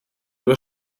über